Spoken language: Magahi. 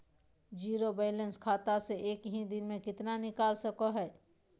जीरो बायलैंस खाता से एक दिन में कितना निकाल सको है?